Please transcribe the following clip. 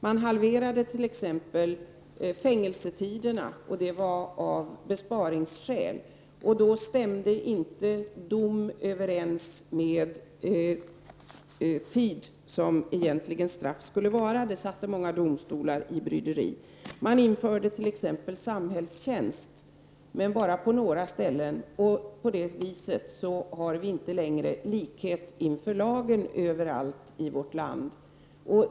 Man halverade t.ex. fängelsetiderna av besparingsskäl. Då stämde inte dom överens med tid som straff skulle vara. Det satte många domstolar i bryderi. Man införde t.ex. samhällstjänst, men bara på några ställen. På det viset har vi inte längre likhet inför lagen överallt i vårt land.